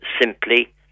simply